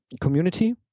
community